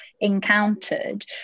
encountered